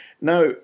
Now